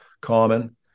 common